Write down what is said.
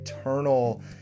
eternal